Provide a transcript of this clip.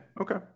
Okay